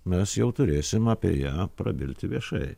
mes jau turėsim apie ją prabilti viešai